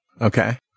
okay